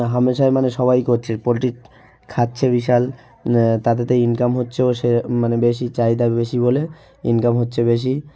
হামেশাই মানে সবাই কোচ্ছে পোল্ট্রি খাচ্ছে বিশাল তাতে তা ইনকাম হচ্ছেও সে মানে বেশি চাহিদা বেশি বলে ইনকাম হচ্ছে বেশি